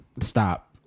Stop